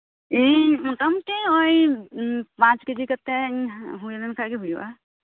ᱤᱧ ᱢᱚᱴᱟ ᱢᱚᱴᱤ ᱳᱭ ᱯᱟᱸᱪ ᱠᱮᱡᱤ ᱠᱟᱛᱮᱧ ᱦᱩᱭᱞᱮᱱ ᱠᱷᱟᱡᱜᱤ ᱦᱩᱭᱩᱜ ᱟ